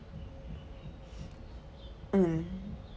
mm